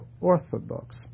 Orthodox